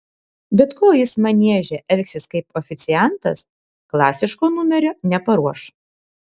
bet kol jis manieže elgsis kaip oficiantas klasiško numerio neparuoš